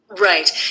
Right